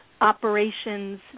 operations